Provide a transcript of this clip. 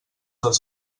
els